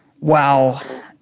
Wow